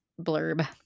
blurb